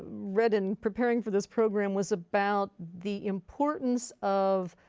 read in preparing for this program was about the importance of